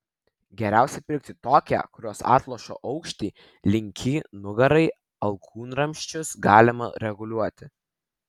geriausiai pirkti tokią kurios atlošo aukštį linkį nugarai alkūnramsčius galima reguliuoti